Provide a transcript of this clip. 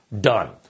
done